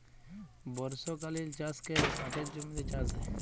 বর্ষকালীল চাষ ক্যরে পাটের জমিতে চাষ হ্যয়